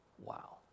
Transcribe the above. Wow